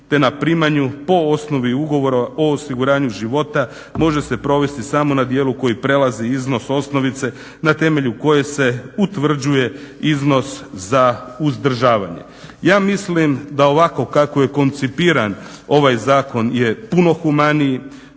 te na primanju po osnovi ugovora o osiguranju života može se provesti samo na dijelu koji prelazi iznos osnovice na temelju koje se utvrđuje iznos za uzdržavanje. Ja mislim da ovako kako je koncipiran ovaj zakon je puno humaniji,